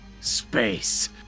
Space